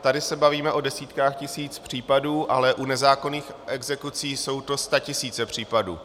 Tady se bavíme o desítkách tisíc případů, ale u nezákonných exekucí jsou to statisíce případů.